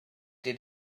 did